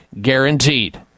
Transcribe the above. guaranteed